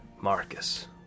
Marcus